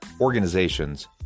organizations